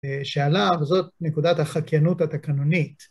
מה נשמע?